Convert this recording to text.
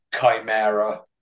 Chimera